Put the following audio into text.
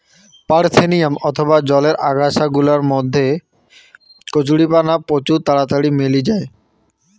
parthenium অথবা জলের আগাছা গুলার মধ্যে কচুরিপানা প্রচুর তাড়াতাড়ি মেলি জায়